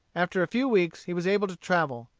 after a few weeks he was able to travel.